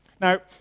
Now